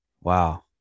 Wow